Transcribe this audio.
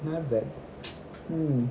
not bad mm